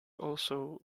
also